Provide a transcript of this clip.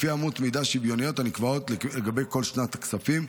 לפי אמות מידה שוויוניות הנקבעות לגבי כל שנת כספים,